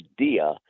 idea